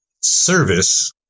service